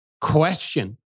question